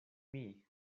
min